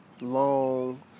long